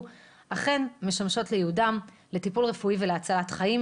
אכן משמש לייעודו - לטיפול רפואי ולהצלת חיים.